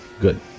good